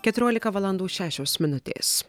keturiolika valandų šešios minutės